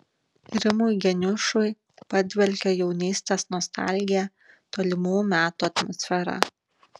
rimui geniušui padvelkia jaunystės nostalgija tolimų metų atmosfera